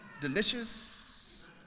delicious